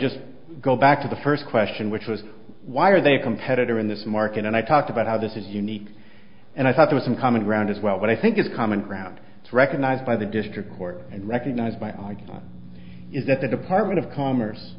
just go back to the first question which was why are they a competitor in this market and i talked about how this is unique and i thought it was some common ground as well but i think it's common ground it's recognized by the district court and recognized my argument is that the department of commerce